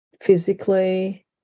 physically